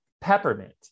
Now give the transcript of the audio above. Peppermint